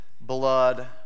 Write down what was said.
blood